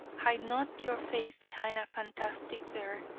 hide not your face behind a fantastic beard,